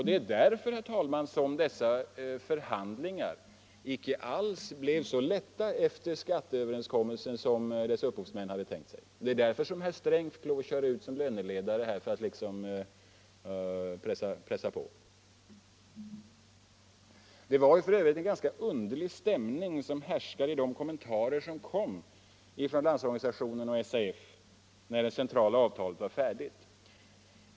Det är därför, herr talman, som dessa förhandlingar efter skatteöverenskommelsen inte alls blev så lätta som dess upphovsmän hade tänkt sig. Det är därför herr Sträng fick lov att köra ut som löneledare för att liksom pressa på. Det var f.ö. en ganska underlig stämning som härskade i de kommentarer som kom från LO och SAF när det centrala avtalet var färdigt.